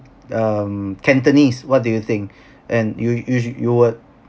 um cantonese what do you think and you you you would